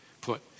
put